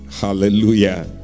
Hallelujah